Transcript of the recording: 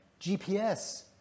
GPS